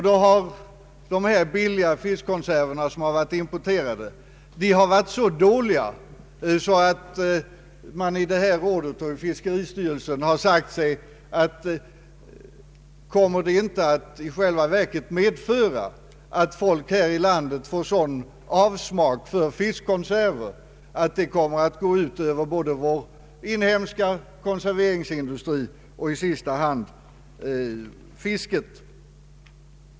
Då har dessa billiga importerade fiskkonserver varit så dåliga att man i rådet och fiskeristyrelsen har frågat sig om det inte i själva verket kommer att medföra att folk här i landet får sådan avsmak för fiskkonserver att det kommer att gå ut över både vår inhemska konservindustri och i sista hand fisket.